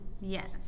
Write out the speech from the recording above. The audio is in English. Yes